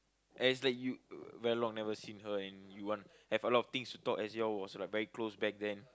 as in like you uh very long never seen her and you want have a lot of things to talk as y'all was like very close back then